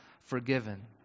forgiven